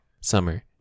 summer